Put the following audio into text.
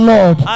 Lord